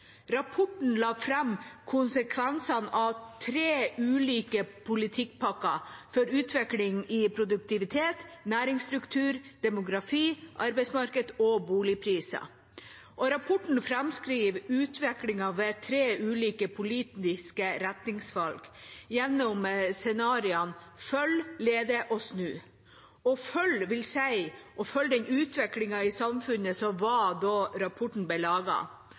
Rapporten la fram konsekvensene av tre ulike politikkpakker for utvikling i produktivitet, næringsstruktur, demografi, arbeidsmarked og boligpriser og framskriver utviklingen ved tre ulike politiske retningsvalg gjennom scenarioene FØLGE, LEDE og SNU. FØLGE vil si å følge den utviklingen i samfunnet som var da rapporten ble